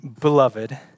Beloved